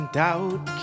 doubt